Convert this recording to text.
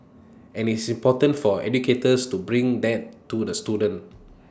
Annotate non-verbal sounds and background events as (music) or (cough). and it's important for educators to bring that to the student (noise)